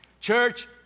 church